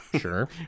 Sure